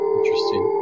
Interesting